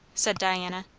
said diana.